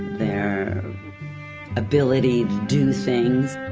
their ability to do things.